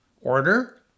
order